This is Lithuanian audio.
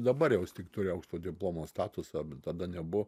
dabar jis jau tik turi aukšto diplomo statusą bet tada nebuvo